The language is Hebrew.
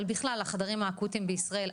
בכלל על החדרים האקוטיים בישראל,